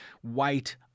white